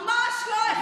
ממש לא.